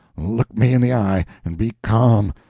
look me in the eye, and be calm.